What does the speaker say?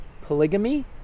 polygamy